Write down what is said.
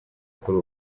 kuri